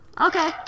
Okay